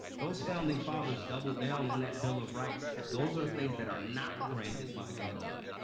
those founding fathers doubled down on that bill of rights. those are things that are not granted by government.